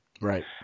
Right